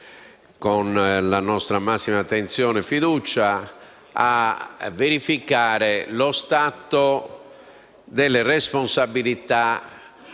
con la nostra massima attenzione e fiducia, a verificare lo stato delle responsabilità